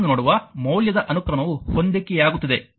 ನಾನು ನೋಡುವ ಮೌಲ್ಯದ ಅನುಕ್ರಮವು ಹೊಂದಿಕೆಯಾಗುತ್ತಿದೆ